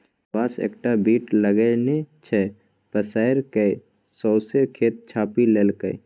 बांस एकटा बीट लगेने छै पसैर कए सौंसे खेत छापि लेलकै